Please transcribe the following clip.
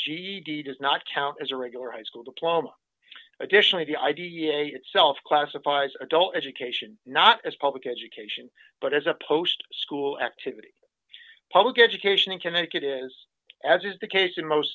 cd does not count as a regular high school diploma additionally the idea itself classifies adult education not as public education but as a post school activity public education in connecticut is as is the case in most